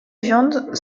viande